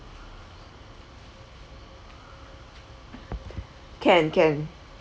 can can